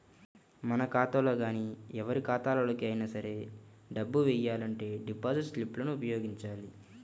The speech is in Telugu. మన ఖాతాలో గానీ ఎవరి ఖాతాలోకి అయినా సరే డబ్బులు వెయ్యాలంటే డిపాజిట్ స్లిప్ లను ఉపయోగించాలి